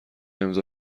امضا